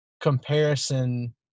comparison